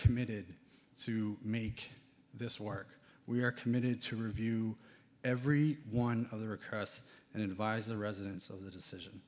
committed to make this work we are committed to review every one of their across and advise the residents of the decision